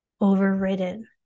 overridden